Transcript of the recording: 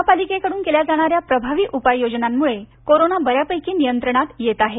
महापालिकेकडून केल्या जाणाऱ्या प्रभावी उपाययोजनांमुळे कोरोना ब यापैकी नियंत्रणात येत आहे